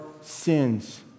sins